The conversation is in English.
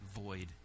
void